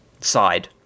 side